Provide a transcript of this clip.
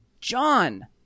John